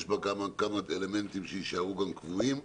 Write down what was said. יש בה גם כמה אלמנטים שיישארו גם קבועים.